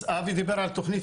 אז אבי דיבר על תכנית,